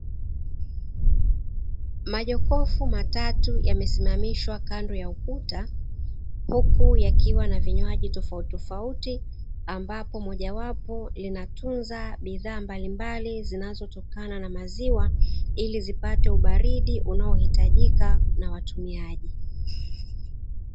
Majokofu matatu yamesimamishwa kando ya ukuta, huku yakiwa na vinywaji tofautitofauti, ambapo mojawapo linatunza bidhaa mbalimbali, zinazotokana na maziwa, ili zipate ubaridi unaohitajika na watumiaji.